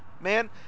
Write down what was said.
Man